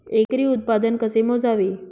एकरी उत्पादन कसे मोजावे?